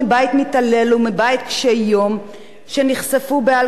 שנחשפו על-כורחם למציאות רחוב קשה ועבריינית,